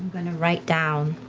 going to write down